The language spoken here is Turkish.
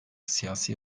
siyasi